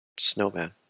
snowman